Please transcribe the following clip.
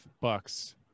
bucks